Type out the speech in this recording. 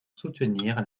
soutenir